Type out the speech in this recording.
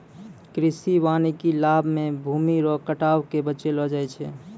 कृषि वानिकी लाभ मे भूमी रो कटाव के बचैलो जाय छै